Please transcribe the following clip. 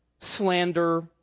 slander